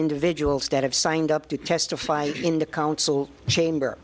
individuals that have signed up to testify in the council chamber